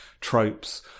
tropes